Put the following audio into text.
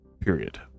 Period